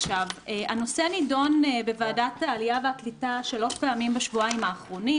הנושא נדון בוועדת העלייה והקליטה שלוש פעמים בשבועיים האחרונים.